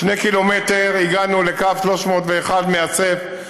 שני קילומטר, והגענו לקו 301, מאסף.